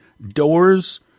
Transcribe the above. Doors